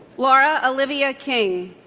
laura olivia king